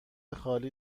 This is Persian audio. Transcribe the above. خالی